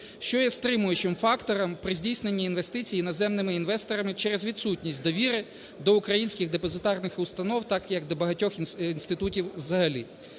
що є стримуючим фактором при здійсненні інвестицій іноземними інвесторами через відсутність довіри до українських депозитарних установ так як для багатьох інститутів взагалі.